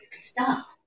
stop